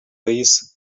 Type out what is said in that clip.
these